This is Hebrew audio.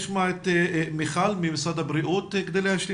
נשמע את מיכל ממשרד הבריאות.